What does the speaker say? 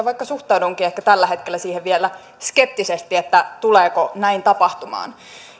vaikka suhtaudunkin ehkä tällä hetkellä siihen vielä skeptisesti tuleeko näin tapahtumaan